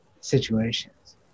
situations